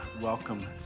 welcome